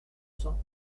cents